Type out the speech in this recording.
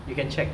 you can check